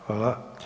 Hvala.